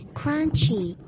crunchy